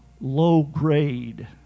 low-grade